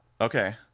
Okay